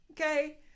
Okay